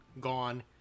gone